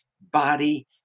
body